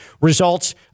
results